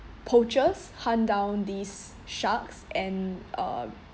poachers hunt down these sharks and uh